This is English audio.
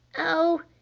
oh,